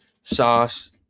sauce